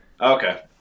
Okay